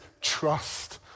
trust